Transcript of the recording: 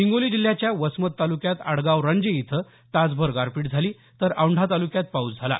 हिंगोली जिल्ह्याच्या वसमत तालुक्यात आडगाव रंजे इथं तासभर गारपीट झाली तर औंढा तालुक्यात पाऊस झाला